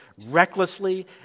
recklessly